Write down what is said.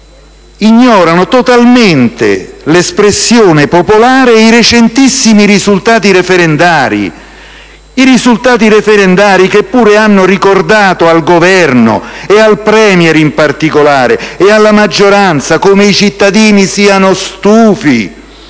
-ignorano totalmente l'espressione popolare e i recentissimi risultati referendari, che pur hanno ricordato al Governo, al*Premier* in particolare, e alla maggioranza come i cittadini siano stufi